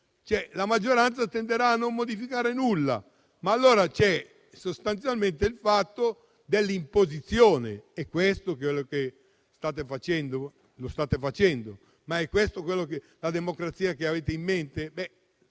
la maggioranza tenderà a non modificare nulla, ma allora si tratta sostanzialmente di un'imposizione, che è quello che state facendo. Ma se è questa la democrazia che avete in mente,